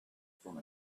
from